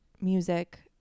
music